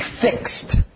fixed